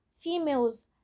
females